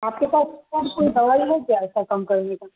آپ کے پاس دوائی نہیں ہے ایسا کم کرنے کا